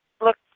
look